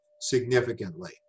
significantly